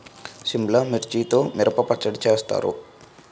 సిమ్లా మిర్చితో మిరప పచ్చడి చేస్తారు